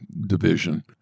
Division